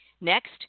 Next